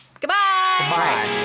goodbye